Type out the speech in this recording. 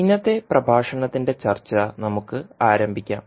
ഇന്നത്തെ പ്രഭാഷണത്തിന്റെ ചർച്ച നമുക്ക് ആരംഭിക്കാം